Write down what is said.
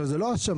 זאת לא האשמה,